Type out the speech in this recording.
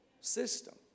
system